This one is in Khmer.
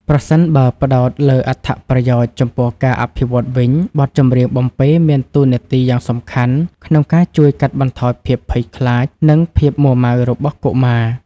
ប្រសិនបើផ្ដោតលើអត្ថប្រយោជន៍ចំពោះការអភិវឌ្ឍវិញ បទចម្រៀងបំពេមានតួនាទីយ៉ាងសំខាន់ក្នុងការជួយកាត់បន្ថយភាពភ័យខ្លាច និងភាពមួរម៉ៅរបស់កុមារ។